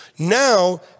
Now